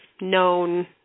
known